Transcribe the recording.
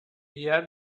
year